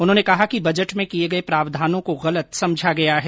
उन्होंने कहा कि बजट में किये गये प्रावधानों को गलत समझा गया है